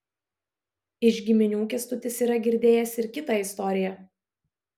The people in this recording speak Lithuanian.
iš giminių kęstutis yra girdėjęs ir kitą istoriją